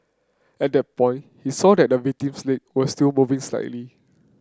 at that point he saw that the victim's leg were still moving slightly